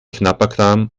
knabberkram